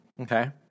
Okay